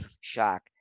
shock